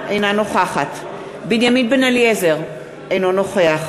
אינה נוכחת בנימין בן-אליעזר, אינו נוכח